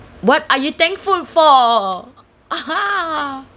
what are you thankful for